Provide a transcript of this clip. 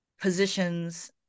positions